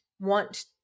Want